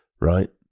right